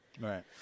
Right